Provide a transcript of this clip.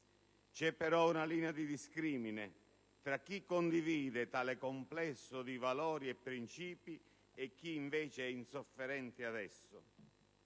C'è però una linea di discrimine tra chi condivide tale complesso di valori e principi e chi invece è insofferente ad esso: